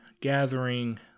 gathering